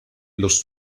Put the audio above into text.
los